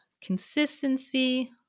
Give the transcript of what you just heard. consistency